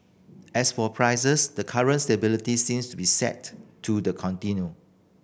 as for prices the current stability seems to be set to the continue